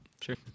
Sure